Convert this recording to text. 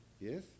Yes